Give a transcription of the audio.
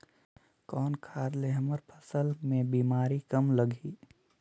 कौन खाद ले हमर फसल मे बीमारी कम लगही?